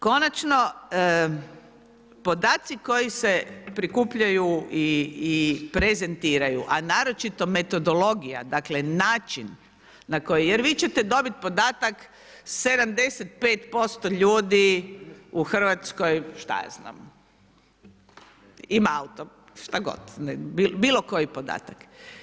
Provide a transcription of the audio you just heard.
Konačno podaci koji se prikupljaju i prezentiraju, a naročito metodologija, dakle, način, na koji, jer vi ćete dobiti podatak 75% ljudi u Hrvatskoj, šta ja znam, ima auto, šta god, bilo koji podatak.